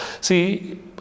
See